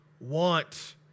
want